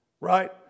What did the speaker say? Right